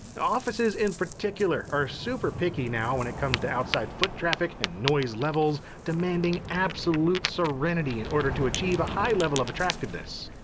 offices in particular are super picky now when it comes to outside foot traffic and noise levels, demanding absolute serenity in order to achieve a high level of attractiveness.